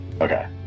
Okay